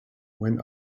when